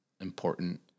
important